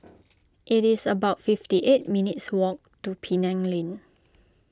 it is about fifty eight minutes' walk to Penang Lane